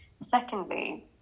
secondly